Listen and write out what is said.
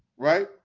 right